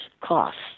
costs